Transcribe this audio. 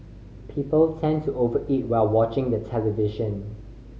people tend to over eat while watching the television